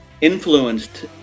influenced